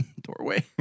doorway